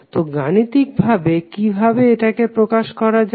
তো গাণিতিক ভাবে কিভাবে এটাকে প্রকাশ করা যায়